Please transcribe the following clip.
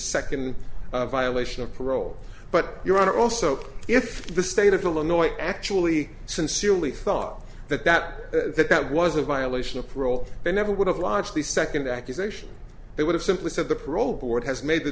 second violation of parole but your honor also if the state of illinois actually sincerely thought that that that that was a violation of parole they never would have lodged the second accusation they would have simply said the parole board has made the